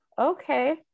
okay